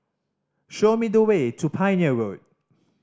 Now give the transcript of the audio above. show me the way to Pioneer Road